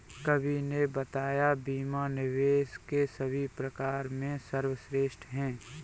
कवि ने बताया बीमा निवेश के सभी प्रकार में सर्वश्रेष्ठ है